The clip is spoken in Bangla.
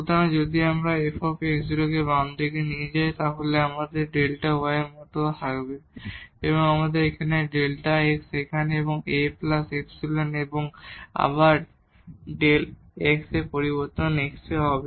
সুতরাং যদি আমরা এই f কে বাম দিকে নিয়ে আসি তাহলে এটি Δ y এর মতো হয়ে যাবে এবং আমাদের এখানে Δ x এখানে এবং Aϵ এবং আবার Δ x এর পরিবর্তন x এ হবে